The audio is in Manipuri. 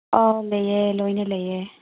ꯑꯥꯎ ꯂꯩꯌꯦ ꯂꯣꯏꯅ ꯂꯩꯌꯦ